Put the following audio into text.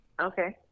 okay